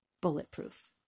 bulletproof